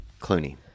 clooney